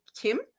Kim